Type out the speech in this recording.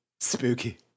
Spooky